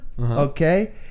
okay